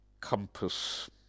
compass